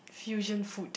fusion food